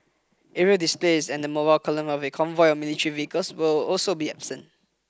aerial displays and the mobile column of a convoy of military vehicles will also be absent